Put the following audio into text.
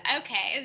okay